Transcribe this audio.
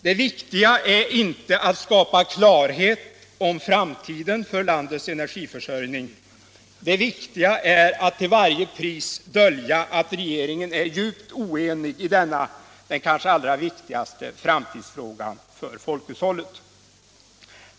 Det viktiga är inte att skapa klarhet om framtiden för landets energiförsörjning. Det viktiga är att till varje pris dölja att regeringen är djupt oenig i denna den kanske allra viktigaste framtidsfrågan för folkhushållet.